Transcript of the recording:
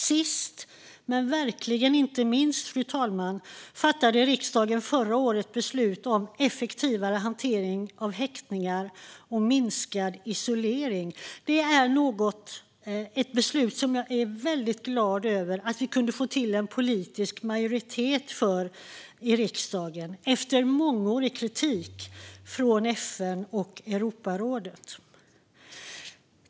Sist men verkligen inte minst fattade riksdagen förra året beslut om effektivare hantering av häktningar och minskad isolering. Det är ett beslut som jag är väldigt glad över att vi kunde få till en politisk majoritet för i riksdagen efter mångårig kritik från FN och Europarådet.